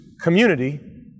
community